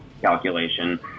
calculation